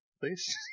please